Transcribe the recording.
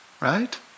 right